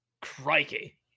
Crikey